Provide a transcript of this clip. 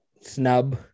snub